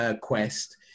Quest